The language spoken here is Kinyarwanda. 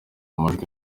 amajwi